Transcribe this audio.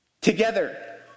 together